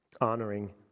honoring